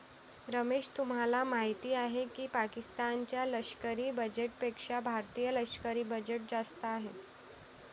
रमेश तुम्हाला माहिती आहे की पाकिस्तान च्या लष्करी बजेटपेक्षा भारतीय लष्करी बजेट जास्त आहे